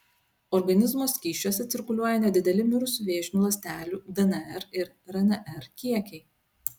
organizmo skysčiuose cirkuliuoja nedideli mirusių vėžinių ląstelių dnr ir rnr kiekiai